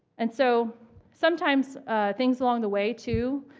and so sometimes things along the way, too,